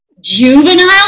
Juvenile